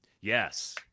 Yes